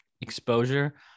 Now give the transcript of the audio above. exposure